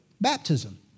baptism